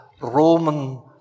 Roman